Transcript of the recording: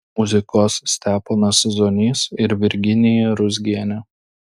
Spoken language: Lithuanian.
muzikuos steponas zonys ir virginija ruzgienė